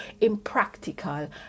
impractical